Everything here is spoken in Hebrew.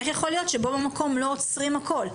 איך יכול להיות שבו במקום לא עוצרים הכל,